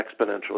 exponential